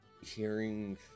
hearing